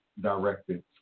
directed